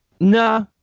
nah